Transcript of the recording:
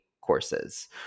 courses